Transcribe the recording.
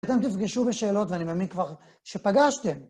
אתם תפגשו בשאלות, ואני מאמין כבר שפגשתם.